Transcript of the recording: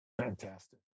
Fantastic